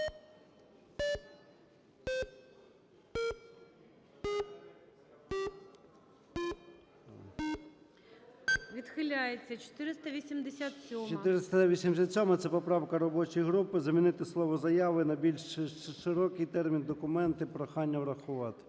ЧЕРНЕНКО О.М. 487-а, це поправка робочої групи: замінити слово "заяви" на більш широкий термін "документи". Прохання врахувати.